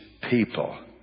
people